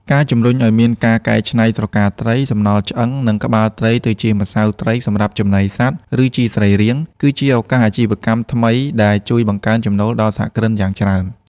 ការជំរុញឱ្យមានការកែច្នៃស្រកាត្រី សំណល់ឆ្អឹង និងក្បាលត្រីទៅជាម្សៅត្រីសម្រាប់ចំណីសត្វ ឬជីសរីរាង្គ គឺជាឱកាសអាជីវកម្មថ្មីដែលជួយបង្កើនចំណូលដល់សហគ្រិនយ៉ាងច្រើន។